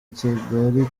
kigali